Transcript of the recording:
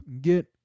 get